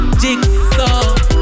jigsaw